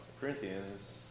Corinthians